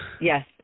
Yes